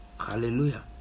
Hallelujah